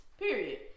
Period